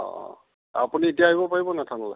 অঁ আপুনি এতিয়া আহিব পাৰিবনে থানালৈ